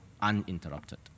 uninterrupted